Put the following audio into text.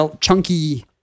chunky